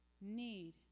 need